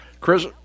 Chris